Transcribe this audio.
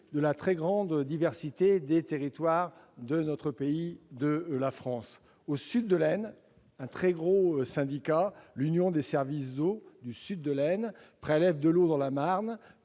de la très grande diversité des territoires de notre pays. Au sud de l'Aisne, un très gros syndicat, l'Union des services d'eau du sud de l'Aisne, prélève de l'eau dans la Marne